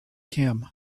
him